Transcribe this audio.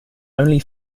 only